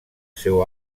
seu